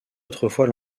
autrefois